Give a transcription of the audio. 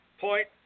Point